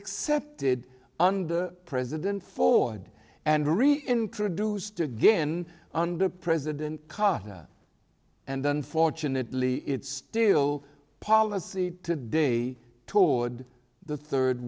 accepted under president ford and reintroduced again under president carter and unfortunately it's still policy today toward the third